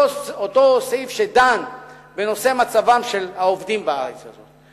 אותו סעיף שדן במצבם של העובדים בארץ הזאת.